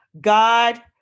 God